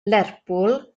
lerpwl